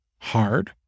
hard